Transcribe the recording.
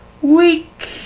week